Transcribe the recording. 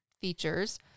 features